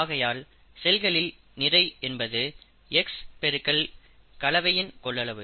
ஆகையால் செல்களில் நிறை என்பது x பெருக்கல் கலவையின் கொள்ளளவு